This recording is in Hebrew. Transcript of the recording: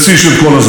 לצ'רקסים,